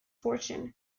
fortune